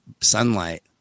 sunlight